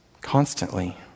constantly